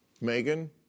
Megan